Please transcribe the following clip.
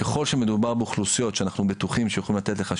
ככל שאנחנו בטוחים שיכולים לתת לך,